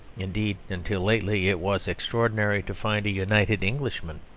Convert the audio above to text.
indeed, until lately, it was extraordinary to find a united englishman.